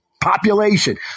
population